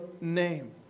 name